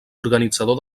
organitzador